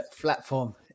platform